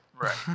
Right